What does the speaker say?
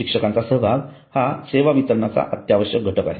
शिक्षकांचा सहभाग हा सेवा वितरणाचा अत्यावश्यक घटक आहे